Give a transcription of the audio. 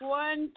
one